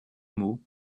mots